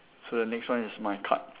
so the next one is my card